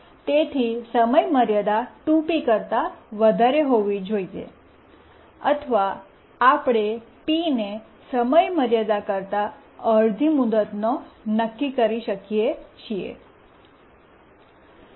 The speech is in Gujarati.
તેથી સમયમર્યાદા 2 P કરતા વધારે હોવી જોઈએ અથવા આપણે P ને સમયમર્યાદા કરતાં અડધી મુદતનો નક્કી કરી શકીએ છીએ